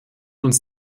uns